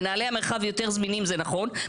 מנהלי המרחב יותר זמינים זה נכון,